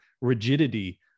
rigidity